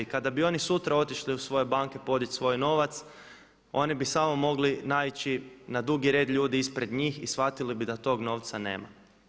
Kada bi oni sutra otišli u svoje banke podići svoj novac oni bi samo mogli naići na dugi red ljudi ispred njih i shvatili bi da tog novca nema.